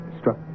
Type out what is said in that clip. struck